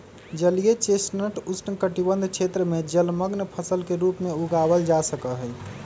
जलीय चेस्टनट उष्णकटिबंध क्षेत्र में जलमंग्न फसल के रूप में उगावल जा सका हई